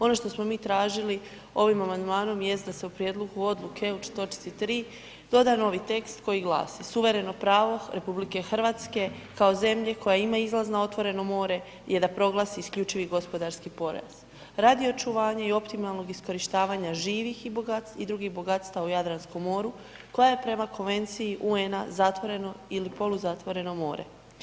Ono što smo mi tražili ovim amandmanom jest da se u prijedlogu odluke u točci 3. doda novi tekst koji glasi: Suvereno pravo RH kao zemlje koja ima izlaz na otvoreno more je da proglasi isključivi gospodarski pojas radi očuvanja i optimalnog iskorištavanja živih i drugih bogatstava u Jadranskom moru koja je prema Konvenciji UN-a zatvoreno ili poluzatvoreno more.